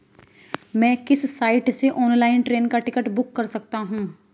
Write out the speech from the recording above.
मैं किस साइट से ऑनलाइन ट्रेन का टिकट बुक कर सकता हूँ?